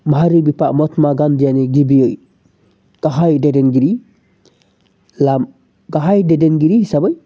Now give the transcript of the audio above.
माहारिनि बिफा महात्मा गान्धियानो गिबियै गाहाय दैदेनगिरि हिसाबै